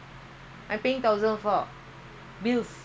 car instalment